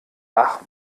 ach